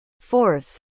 Fourth